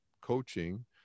coaching